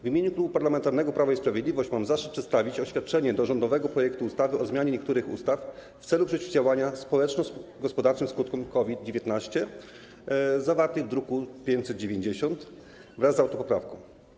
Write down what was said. W imieniu Klubu Parlamentarnego Prawo i Sprawiedliwość mam zaszczyt przedstawić oświadczenie w sprawie rządowego projektu ustawy o zmianie niektórych ustaw w celu przeciwdziałania społeczno-gospodarczym skutkom COVID-19, zawartego w druku nr 590, wraz z autopoprawką.